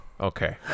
Okay